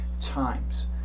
times